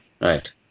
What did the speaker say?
Right